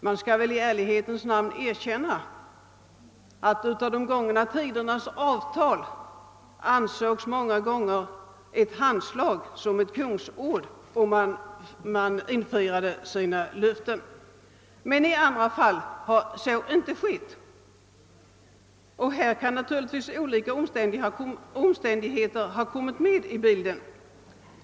Det skall väl i ärlighetens namn erkännas att ett handslag i gångna tider hade samma värde som ett kungsord och att löftena i stor utsträckning infriades. I en del fall har emellertid så inte skett. Härtill kan naturligtvis olika omständigheter ha bidragit.